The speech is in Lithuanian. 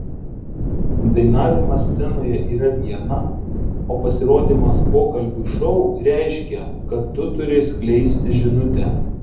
dainavimas scenoje yra viena o pasirodymas pokalbių šou reiškia kad tu turi skleisti žinutę